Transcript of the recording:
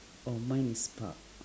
oh mine is park